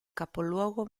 capoluogo